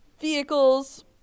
vehicles